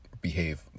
behave